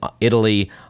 Italy